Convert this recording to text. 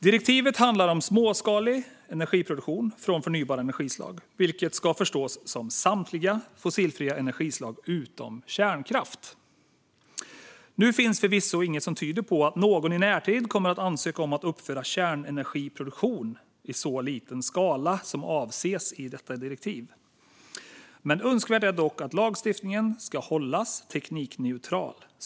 Direktivet handlar om småskalig energiproduktion från förnybara energislag, vilket ska förstås som samtliga fossilfria energislag utom kärnkraft. Det finns förvisso inget som tyder på att någon i närtid kommer att ansöka om att uppföra kärnenergiproduktion i så liten skala som avses i detta direktiv. Önskvärt är dock att lagstiftningen ska hållas teknikneutral.